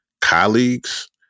colleagues